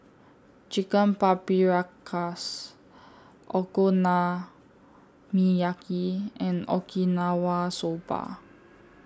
Chicken Paprikas Okonomiyaki and Okinawa Soba